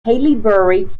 haileybury